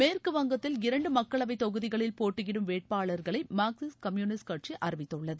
மேற்குவங்கத்தில் இரண்டு மக்களவை தொகுதிகளில் போட்டியிடும் வேட்டாளர்களை மார்க்சிஸ்ட் கம்யூனிஸ்ட் கட்சி அறிவித்துள்ளது